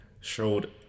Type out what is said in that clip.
showed